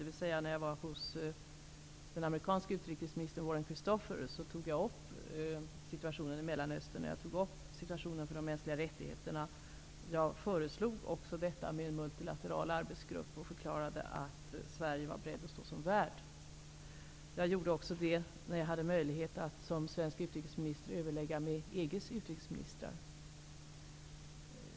När jag var hos den amerikanske utrikesministern Warren Christopher tog jag upp situationen i Mellanöstern och situationen för de mänskliga rättigheterna. Jag föreslog också en multilateral arbetsgrupp och förklarade att Sverige var berett att stå som värd. Det gjorde jag också när jag hade möjlighet att som svensk utrikesminister överlägga med EG:s utrikesministrar.